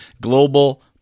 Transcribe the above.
global